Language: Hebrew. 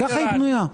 אלי דלל.